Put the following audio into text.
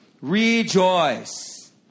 Rejoice